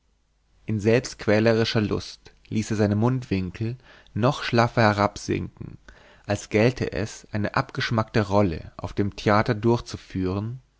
in selbstquälerischer lust ließ er seine mundwinkel noch schlaffer herabsinken als gälte es eine abgeschmackte rolle auf dem theater durchzuführen